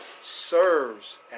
Serves